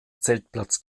zeltplatz